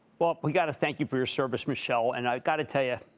well, we've got to thank you for your service, michelle and i've got to tell you,